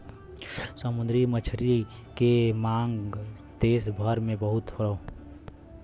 समुंदरी मछली के मांग देस भर में बहुत हौ